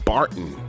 Barton